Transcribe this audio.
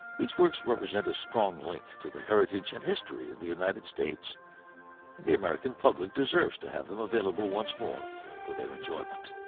these works represent a strong link to the heritage and history of the united states, and the american public deserves to have them available once more for their enjoyment.